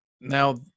now